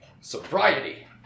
Sobriety